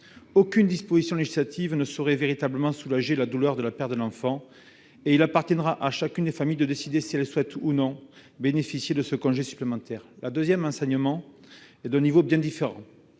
Aucune disposition législative ne saurait véritablement soulager la douleur de la perte d'un enfant et il appartiendra à chacune des familles de décider si elle souhaite bénéficier ou non de ce congé supplémentaire. Le second enseignement est d'un niveau bien différent